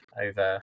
over